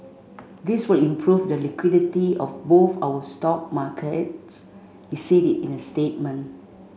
this will improve the liquidity of both our stock markets he said in a statement